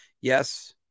Yes